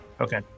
Okay